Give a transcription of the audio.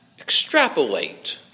extrapolate